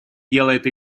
делает